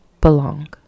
belong